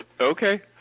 Okay